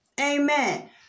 Amen